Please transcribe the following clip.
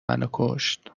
منوکشت